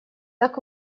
так